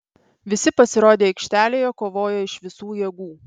visi pasirodę aikštelėje kovojo iš visų jėgų